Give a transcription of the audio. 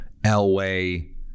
Elway